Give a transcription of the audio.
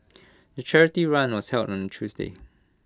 the charity run was held on Tuesday